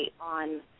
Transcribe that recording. on